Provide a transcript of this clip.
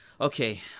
Okay